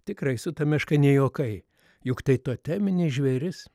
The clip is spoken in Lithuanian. tikrai su ta meška ne juokai juk tai toteminis žvėris